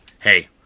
Hey